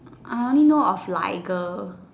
I only know of lager